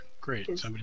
great